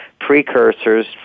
precursors